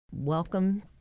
welcome